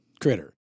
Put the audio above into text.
critter